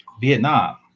Vietnam